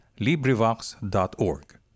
LibriVox.org